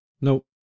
Nope